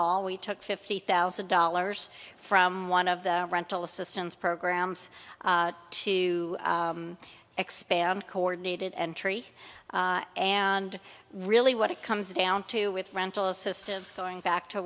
all we took fifty thousand dollars from one of the rental assistance programs to expand coordinated entry and really what it comes down to with rental assistance going back to